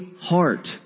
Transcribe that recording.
heart